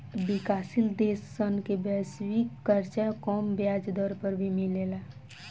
विकाशसील देश सन के वैश्विक कर्जा कम ब्याज दर पर भी मिलेला